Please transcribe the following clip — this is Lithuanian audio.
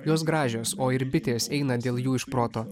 jos gražios o ir bitės eina dėl jų iš proto